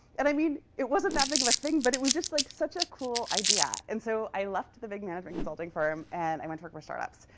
and i mean it wasn't that big of a thing, but it was just like such a cool idea. and so i left the big management consulting firm, and i went to work for startups,